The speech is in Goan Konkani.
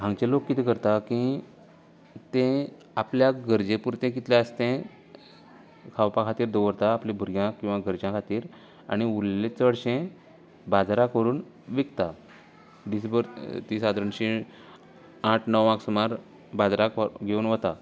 हांगचे लोक कितें करता की तें आपल्याक गरजे पुरते कितलें आसा तें खावपा खातीर दवरता आपल्या भुरग्यांक किंवां घरच्या खातीर आनी उरलेले चडशें बाजरांत व्हरून विकता दिसभर ती सादारणशीं आठ णवांक सुमार बाजारांक घेवन वता